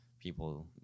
people